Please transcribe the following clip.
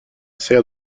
sert